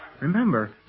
Remember